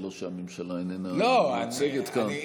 זה לא שהממשלה איננה מיוצגת כאן.